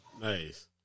nice